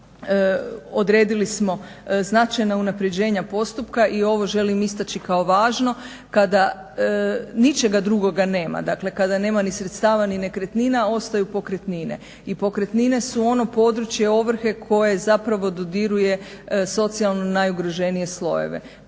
odredili smo značajna unapređenja postupka i ovo želim istaći kao važno kada ničega drugoga nema, dakle kada nema ni sredstava, ni nekretnina ostaju pokretnine. I pokretnine su ono područje ovrhe koje zapravo dodiruje socijalno najugroženije slojeve.